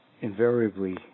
invariably